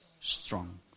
strong